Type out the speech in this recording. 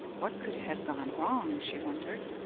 what could have gone wrong, she wondered.